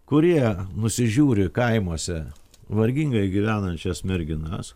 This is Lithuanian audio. kurie nusižiūri kaimuose vargingai gyvenančias merginas